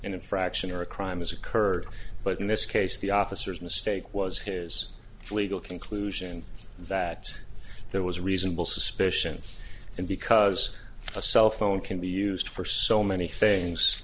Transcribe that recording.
infraction or a crime has occurred but in this case the officers mistake was his legal conclusion that there was a reasonable suspicion and because a cell phone can be used for so many things